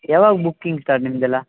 ಯಾವಾಗ booking sir ನಿಮ್ಮದೆಲ್ಲ